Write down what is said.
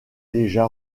déjà